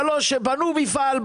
שבנו מפעל,